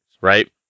right